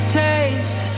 taste